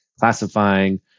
classifying